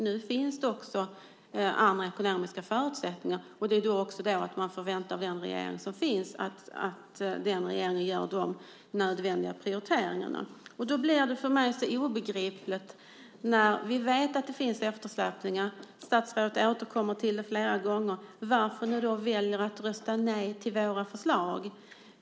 Nu finns det också andra ekonomiska förutsättningar, och då förväntar vi av den regering som finns att den gör de nödvändiga prioriteringarna. Då blir det för mig obegripligt, när vi vet att det finns eftersläpning - statsrådet återkommer till det flera gånger - varför ni väljer att rösta nej till våra förslag.